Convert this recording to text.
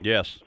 Yes